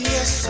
Yes